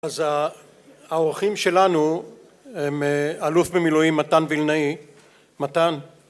אז האורחים שלנו הם אלוף במילואים מתן וילנאי מתן